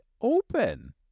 open